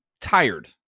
tired